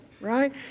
right